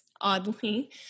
oddly